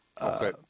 Okay